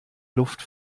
luft